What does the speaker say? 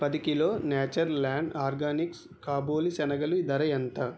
పది kilo Natureland organics కాబులి శనగలు ధర ఎంత